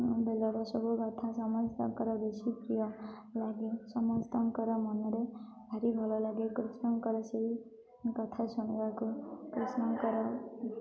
ବେଳର ସବୁ କଥା ସମସ୍ତଙ୍କର ବେଶୀ ପ୍ରିୟ ଲାଗେ ସମସ୍ତଙ୍କର ମନରେ ଭାରି ଭଲ ଲାଗେ କୃଷ୍ଣଙ୍କର ସେଇ କଥା ଶୁଣିବାକୁ କୃଷ୍ଣଙ୍କର